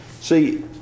see